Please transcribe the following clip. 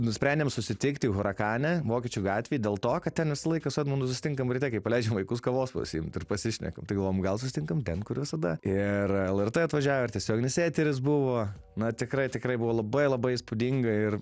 nusprendėm susitikti hurakane vokiečių gatvėj dėl to kad ten visą laiką su edmundu susitinkam ryte kai paleidžiam vaikus kavos pasiimt ir pasišnekam tai galvojom gal susitinkam ten kur visada ir lrt atvažiavo ir tiesioginis eteris buvo na tikrai tikrai buvo labai labai įspūdinga ir